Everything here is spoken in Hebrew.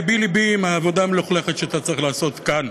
לבי לבי על העבודה המלוכלכת שאתה צריך לעשות כאן.